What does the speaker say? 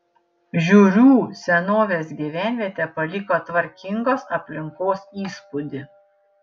žiūrių senovės gyvenvietė paliko tvarkingos aplinkos įspūdį